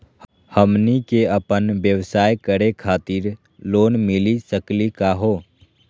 हमनी क अपन व्यवसाय करै खातिर लोन मिली सकली का हो?